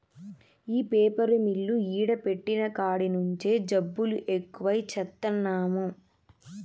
ఈ paper mill ఈడ పెట్టిన కాడి నుంచే జబ్బులు ఎక్కువై చత్తన్నాము